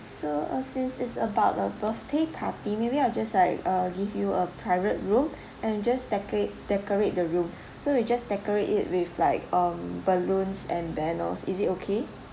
so uh since it's about a birthday party maybe I'll just like uh give you a private room and you just decorate decorate the room so you just decorate it with like um balloons and banners is it okay